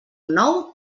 nou